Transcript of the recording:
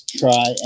try